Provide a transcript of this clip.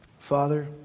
Father